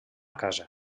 casa